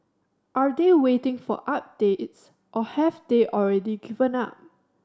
are they waiting for updates or have they already given up